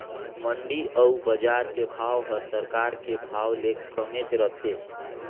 मंडी अउ बजार के भाव हर सरकार के भाव ले कमेच रथे